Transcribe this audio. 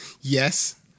Yes